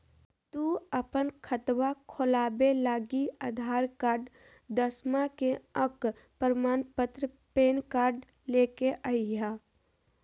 तू अपन खतवा खोलवे लागी आधार कार्ड, दसवां के अक प्रमाण पत्र, पैन कार्ड ले के अइह